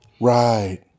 Right